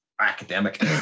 academic